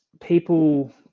people